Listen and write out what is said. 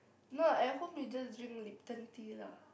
no at home you just drink Lipton tea lah